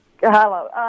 Hello